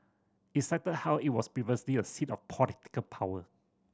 it cited how it was previously a seat of political power